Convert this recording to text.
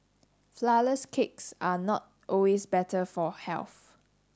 flourless cakes are not always better for health